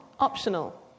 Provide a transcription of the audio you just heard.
Optional